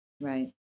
Right